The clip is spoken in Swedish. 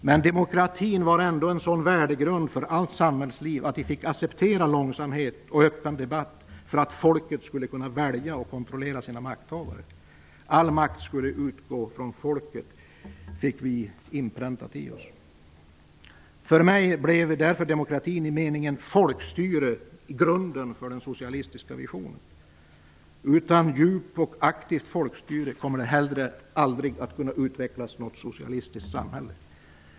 Men demokratin var ändå en sådan värdegrund för allt samhällsliv att vi fick acceptera långsamhet och en öppen debatt för att folket skulle kunna välja och kontrollera sina makthavare. All makt skulle utgå från folket, fick vi inpräntat i oss. För mig blev därför demokratin i meningen folkstyret grunden för den socialistiska visionen. Utan ett djupt och aktivt folkstyre kommer det heller aldrig att kunna utvecklas något socialistiskt samhälle.